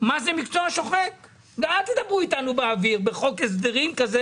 מה זה מקצוע שוחק ואל תדברו אתנו באוויר בחוק הסדרים כזה